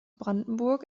brandenburg